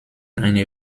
eine